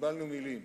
וקיבלנו מלים.